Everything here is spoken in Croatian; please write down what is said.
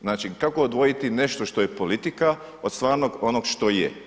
Znači, kako odvojiti nešto što je politika od stvarnog onog što je?